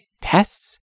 tests